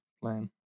plan